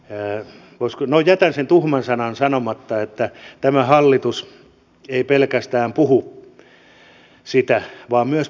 no jätän sen tuhman sanan sanomatta siihen että tämä hallitus ei pelkästään puhu sitä vaan myös polttaa